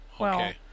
Okay